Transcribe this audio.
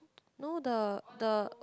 no the the